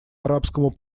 арабскому